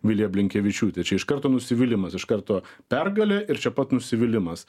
vilija blinkevičiūtė čia iš karto nusivylimas iš karto pergalė ir čia pat nusivylimas